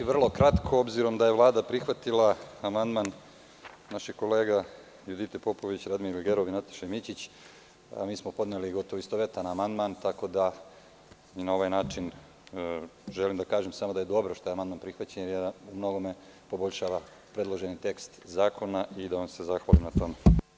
Vrlo ću kratko, obzirom da je Vlada prihvatila amandman naših kolega Judite Popović, Radmile Gerov i Nataše Mićić, a mi smo podneli gotovo istovetan amandman, tako da na ovaj način želim samo da kažem da je dobro što je amandman prihvaćen jer u mnogome poboljšava predloženi tekst zakona i da vam se zahvalim na tome.